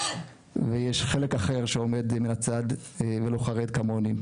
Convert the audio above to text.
ויש חלק אחר שעומד מהצד ולא חרד כמוני.